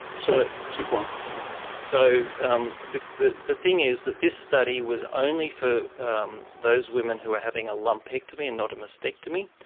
so so um yeah so um the the thing is that this study was only for um those women who were having a lumpectomy and not a mastectomy,